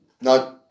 No